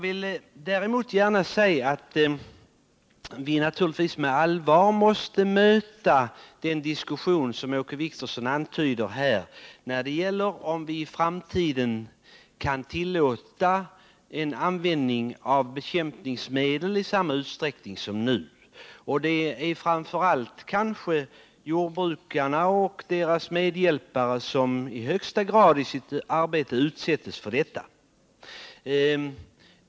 Vi måste däremot naturligtvis med allvar möta den av Åke Wictorsson upptagna diskussionen om huruvida vi i framtiden kan tillåta användning av bekämpningsmedel i samma utsträckning som nu. Det är kanske framför allt jordbrukarna och deras medhjälpare som möter dessa problem i sitt arbete.